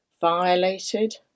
violated